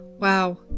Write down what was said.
wow